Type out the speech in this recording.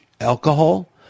alcohol